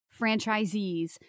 franchisees